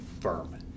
firm